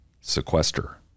sequester